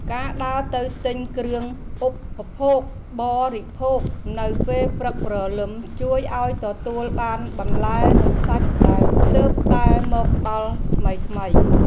ការដើរទៅទិញគ្រឿងឧបភោគបរិភោគនៅពេលព្រឹកព្រលឹមជួយឱ្យទទួលបានបន្លែនិងសាច់ដែលទើបតែមកដល់ថ្មីៗ។